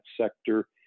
sector